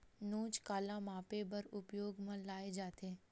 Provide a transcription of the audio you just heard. नोच काला मापे बर उपयोग म लाये जाथे?